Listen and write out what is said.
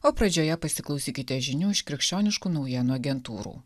o pradžioje pasiklausykite žinių iš krikščioniškų naujienų agentūrų